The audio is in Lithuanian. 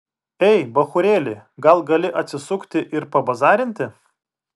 ei bachūrėli gal gali atsisukti ir pabazarinti